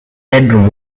bedroom